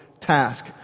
task